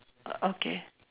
uh okay